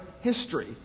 history